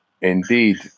Indeed